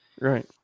Right